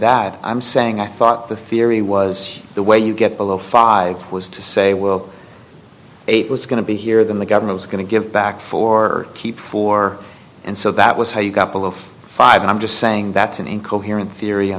that i'm saying i thought the theory was the way you get below five was to say well it was going to be here than the government was going to give back for keep four and so that was how you got below five and i'm just saying that's an incoherent theory